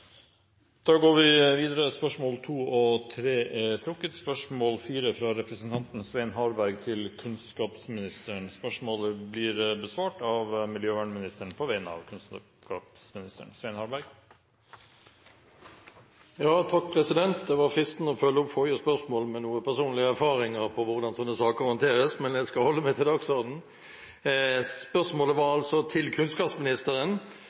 er trukket tilbake. Dette spørsmålet, fra representanten Svein Harberg til kunnskapsministeren, vil bli besvart av miljøvernministeren på vegne av kunnskapsministeren, som er bortreist. Det var fristende å følge opp forrige spørsmål med noen personlige erfaringer fra hvordan slike saker håndteres, men jeg skal holde meg til dagsorden. Spørsmålet er altså til kunnskapsministeren: